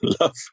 love